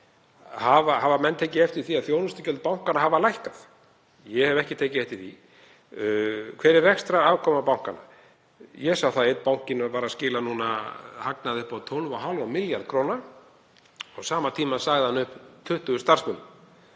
Hafa menn tekið eftir því að þjónustugjöld bankanna hafi lækkað? Ég hef ekki tekið eftir því. Hver er rekstrarafkoma bankanna? Ég sá að einn bankinn var að skila hagnaði upp á 12,5 milljarða kr. en á sama tíma sagði hann upp 20 starfsmönnum